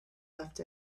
left